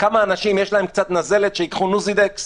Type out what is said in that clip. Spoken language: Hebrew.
אם יש לכמה אנשים נזלת, שייקחו נוסידקס